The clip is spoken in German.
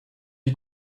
die